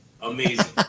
Amazing